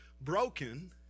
broken